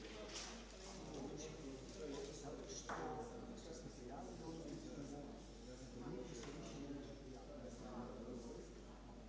Hvala vam